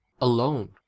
Alone